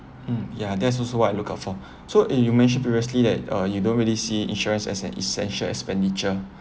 mm ya that's also what I look out for so eh you mentioned previously leh uh you don't really see insurance as an essential expenditure